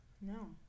No